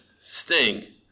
Sting